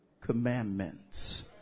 commandments